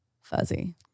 Fuzzy